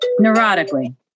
neurotically